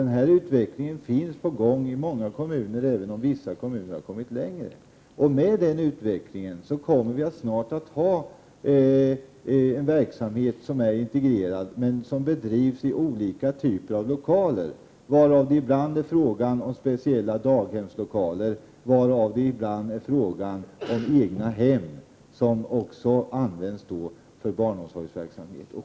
Denna utveckling är på gång i många kommuner, även om man i vissa kommuner har kommit längre. Med den utvecklingen kommer vi snart att ha en verksamhet som är integrerad, men som bedrivs i olika typer av lokaler. Det kan ibland vara fråga om speciella daghemslokaler och ibland egna hen. som då används för barnomsorgsverksamhet.